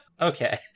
Okay